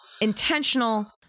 Intentional